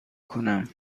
کنم